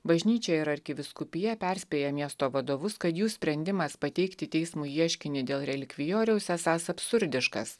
bažnyčia ir arkivyskupija perspėja miesto vadovus kad jų sprendimas pateikti teismui ieškinį dėl relikvijoriaus esąs absurdiškas